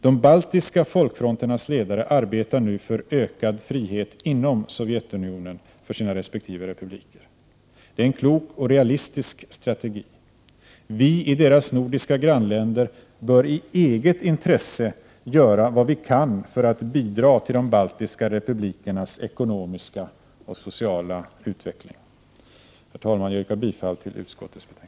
De baltiska folkfronternas ledare arbetar nu för ökad frihet inom Sovjetunionen för sina resp. republiker. Det är en klok och realistisk strategi. Vii deras nordiska grannländer bör i eget intresse göra vad vi kan för att bidra till de baltiska republikernas ekonomiska och sociala utveckling. Herr talman! Jag yrkar bifall till utskottets hemställan.